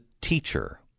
teacher